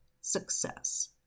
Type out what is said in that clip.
success